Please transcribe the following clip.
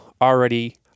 already